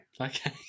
Okay